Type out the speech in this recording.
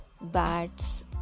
bats